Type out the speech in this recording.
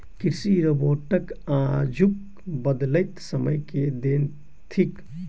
कृषि रोबोट आजुक बदलैत समय के देन थीक